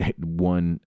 One